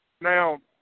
Now